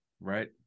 right